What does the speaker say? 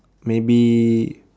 maybe